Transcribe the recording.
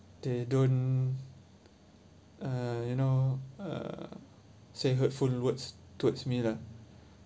they don't uh you know uh say hurtful words towards me lah